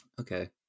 Okay